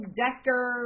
decker